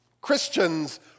Christians